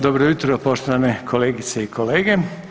Dobro jutro, poštovane kolegice i kolege.